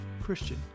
Christian